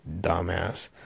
dumbass